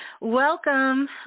Welcome